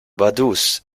vaduz